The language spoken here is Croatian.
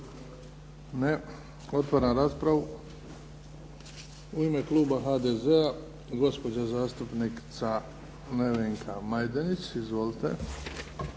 Ne. Otvaram raspravu. U ime kluba HDZ-a, gospođa zastupnica Nevenka Majdenić. Izvolite.